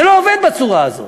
זה לא עובד בצורה הזאת.